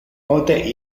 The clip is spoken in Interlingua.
pote